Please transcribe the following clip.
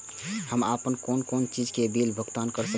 हम आपन कोन कोन चीज के बिल भुगतान कर सके छी?